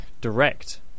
direct